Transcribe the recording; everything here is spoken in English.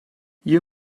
you